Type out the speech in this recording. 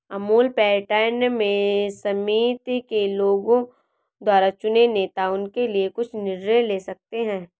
Amul pattern में समिति के लोगों द्वारा चुने नेता उनके लिए कुछ निर्णय ले सकते हैं